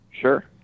Sure